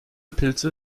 pilze